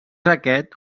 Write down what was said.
aquest